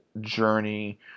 journey